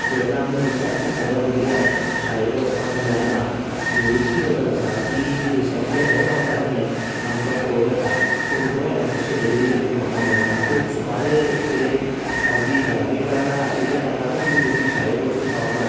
जेन्ना आमी म्हणटात की थोड्या भुरग्यांक शाळेक वचपाक मेळना ही जी गजाल आसा तीं देशांतल्या हेर वाठारांनी आमकां पळोव येता पूण गोंयान अशें घडिल्ले तरी म्हाका मेळना खूब चुकारे अशें किरेंय खाजगी घरावी कारणां आशिल्ल्या कारणानूच हीं भुरगीं शाळेक वचूक पावनात